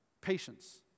patience